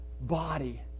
body